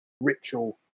ritual